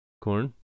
Corn